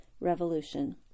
revolution